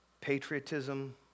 patriotism